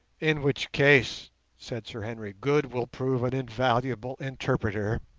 in which case said sir henry, good will prove an invaluable interpreter